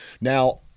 Now